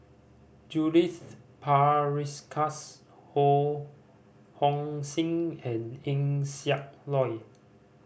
Judith Prakash Ho Hong Sing and Eng Siak Loy